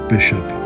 Bishop